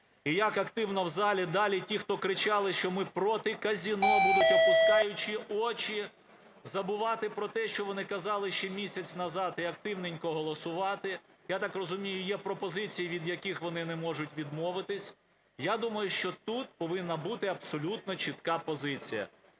і як активно в залі далі ті, хто кричали, що ми проти казино, будуть, опускаючи очі, забувати про те, що вони казали ще місяць назад, і активненько голосувати. Я так розумію, є пропозиції, від яких вони не можуть відмовитись. Я думаю, що тут повинна бути абсолютно чітка позиція: